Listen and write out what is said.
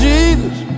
Jesus